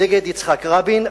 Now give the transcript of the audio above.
נגד יצחק רבין.